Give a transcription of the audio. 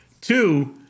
Two